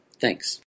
Thanks